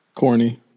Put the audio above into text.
Corny